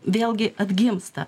vėlgi atgimsta